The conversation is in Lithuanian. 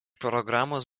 programos